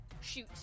shoot